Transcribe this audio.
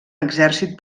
exèrcit